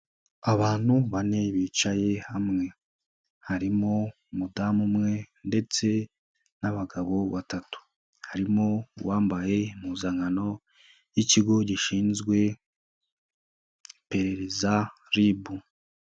Abantu bane bicaye hamwe harimo umudamu umwe ndetse n'abagabo batatu, harimo uwambaye impuzankano y'Ikigo gishinzwe iperereza RIB.